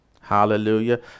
Hallelujah